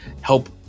help